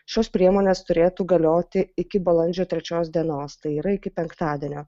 šios priemonės turėtų galioti iki balandžio trečios dienos tai yra iki penktadienio